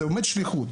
זה באמת שליחות.